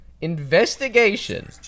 investigation